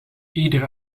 iedere